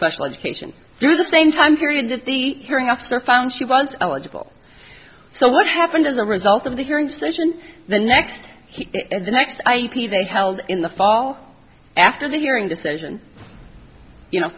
special education through the same time period that the hearing officer found she was eligible so what happened as a result of the hearing station the next and the next a p they held in the fall after the hearing decision you know